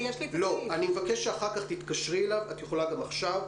אני מבקש שאחר כך תתקשרי אליו, את יכולה גם עכשיו.